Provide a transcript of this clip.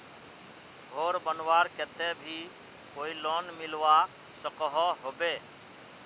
घोर बनवार केते भी कोई लोन मिलवा सकोहो होबे?